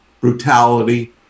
brutality